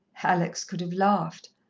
alex could have laughed.